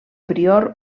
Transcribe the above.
prior